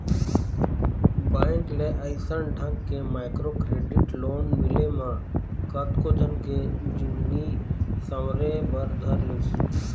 bank ले अइसन ढंग के माइक्रो क्रेडिट लोन मिले म कतको झन के जिनगी सँवरे बर धर लिस